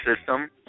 system